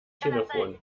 telefon